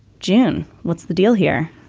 gin. what's the deal here?